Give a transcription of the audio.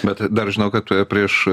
bet dar žinau kad prieš